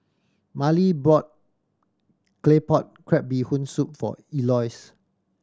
Mallie brought Claypot Crab Bee Hoon Soup for Elois